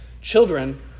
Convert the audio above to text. children